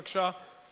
בבקשה,